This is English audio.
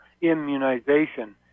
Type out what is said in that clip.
immunization